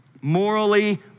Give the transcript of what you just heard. Morally